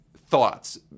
thoughts